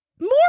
More